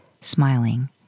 smiling